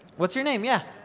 what's your name, yeah?